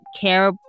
care